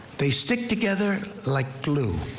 they stick together like glue.